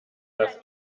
das